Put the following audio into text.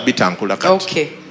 Okay